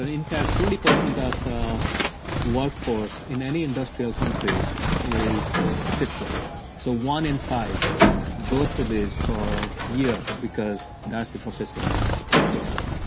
ah in fact twenty percent ah of workforce in any industrial country is shift worker. so one in five go through this for years because that's the profession they chose.